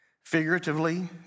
Figuratively